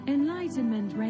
Enlightenment